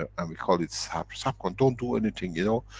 and we call it, sabr, sabr gone, don't do anything! you know,